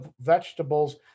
vegetables